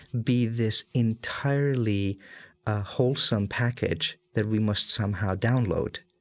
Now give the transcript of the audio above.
be this entirely wholesome package that we must somehow download.